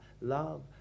Love